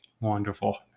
Wonderful